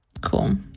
Cool